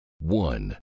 one